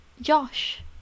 josh